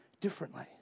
differently